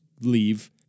leave